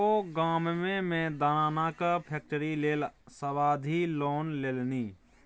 ओ गाममे मे दानाक फैक्ट्री लेल सावधि लोन लेलनि